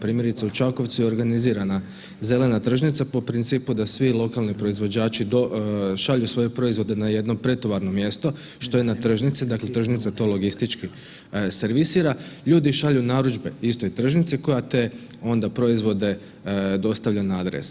Primjerice u Čakovcu je organizirana zelena tržnica po principu da svi lokalni proizvođači šalju svoje proizvode na jedno pretovarno mjesto, što je na tržnici, dakle tržnica to logistički servisira, ljudi šalju narudžbe istoj tržnici koja te onda proizvode dostavlja na adrese.